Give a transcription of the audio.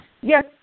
Yes